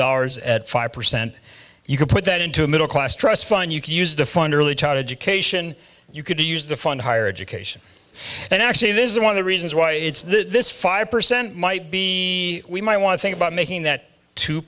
dollars at five percent you could put that into middle class trust fund you could use the fund early childhood education you could be used to fund higher education and actually this is one of the reasons why it's this five percent might be we might want to think about making that two